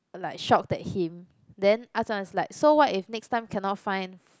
like shocked at him then Ah-Chong is like so what if next time cannot find